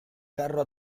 carro